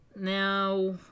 Now